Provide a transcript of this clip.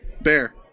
Bear